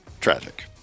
tragic